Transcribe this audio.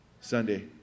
Sunday